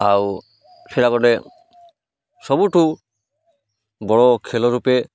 ଆଉ ସେଇଟା ଗୋଟେ ସବୁଠୁ ବଡ଼ ଖେଳ ରୂପେ